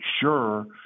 sure